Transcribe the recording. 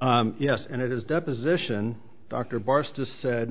on you yes and it is deposition dr bars to said